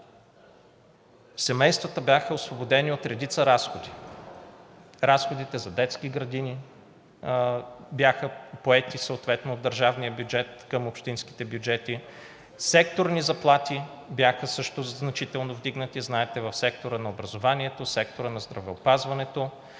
Семействата бяха освободени от редица разходи – разходите за детски градини бяха поети съответно от държавния бюджет към общинските бюджети, секторни заплати бяха също значително вдигнати, знаете, в сектора на образованието, в сектора на здравеопазването.